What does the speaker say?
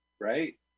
right